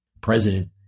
President